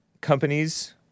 companies